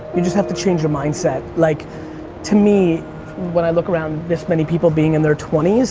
you just have to change your mindset. like to me when i look around, this many people being in their twenty s,